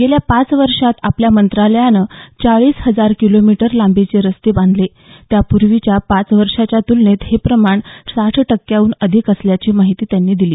गेल्या पाच वर्षांत आपल्या मंत्रालयानं चाळीस हजार किलोमीटर लांबीचे रस्ते बांधले त्यापूर्वीच्या पाच वर्षांच्या तुलनेत हे प्रमाण साठ टक्क्यांहून अधिक असल्याची माहिती त्यांनी दिली